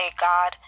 God